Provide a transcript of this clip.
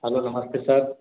hello नमस्ते sir